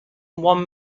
one